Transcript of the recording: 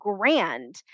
grand